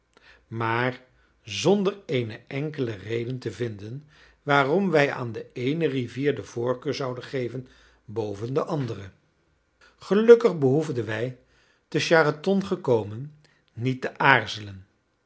maar zonder eene enkele reden te vinden waarom wij aan de eene rivier de voorkeur zouden geven boven de andere gelukkig behoefden wij te charenton gekomen niet te aarzelen